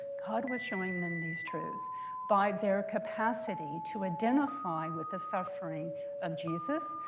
god was showing them these truths by their capacity to identify with the suffering of jesus,